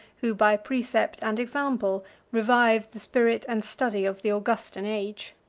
who by precept and example revived the spirit and study of the augustan age.